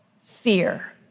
fear